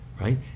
right